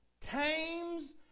tames